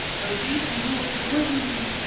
the beast knows poisons,